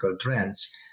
trends